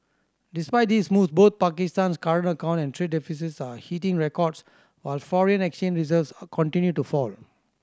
despite these moves both Pakistan's current account and trade deficits are hitting records while foreign exchange reserves are continue to fall